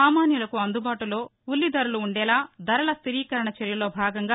సామాన్యులకు అందుబాటులో ఉల్లి ధరలు ఉందేలా ధరల స్టిరీకరణ చర్యల్లో భాగంగా